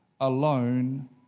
alone